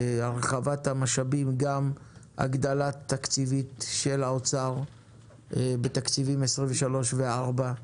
הרחבת המשאבים גם הגדלה תקציבית של האוצר בתקציבים 23'-24',